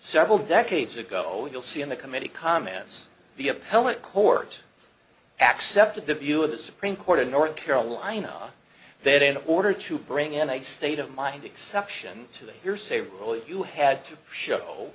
several decades ago you'll see in the committee comments the appellate court accepted the view of the supreme court of north carolina that in order to bring in a state of mind exception to the hearsay rule you had to show